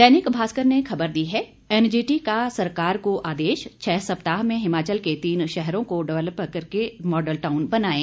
दैनिक भास्कर ने खबर दी है एनजीटी का सरकार को आदेश छह सप्ताह में हिमाचल के तीन शहरों को डेवलप करके मॉडल टाउन बनाएं